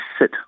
sit